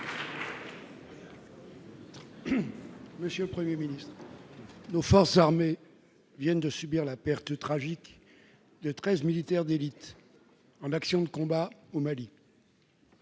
Monsieur le Premier ministre, nos forces armées viennent de subir la perte tragique de treize militaires d'élite, en action de combat, au Mali.